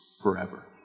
forever